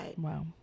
Wow